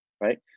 right